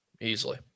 Easily